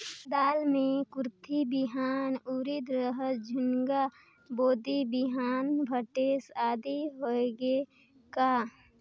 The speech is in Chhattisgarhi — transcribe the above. दाल मे कुरथी बिहान, उरीद, रहर, झुनगा, बोदी बिहान भटेस आदि होगे का?